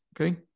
okay